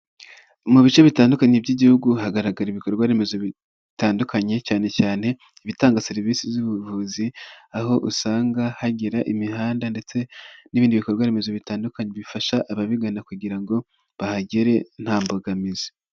Mu bice bitandukanye by'igihugu hagaragara ibikorwa remezo bitandukanye, cyane cyane ibitanga serivisi z'ubuvuzi, aho usanga hagira imihanda ndetse n'ibindi bikorwaremezo bitandukanye bifasha ababigana, kugira ngo bahagere nta mbogamizi.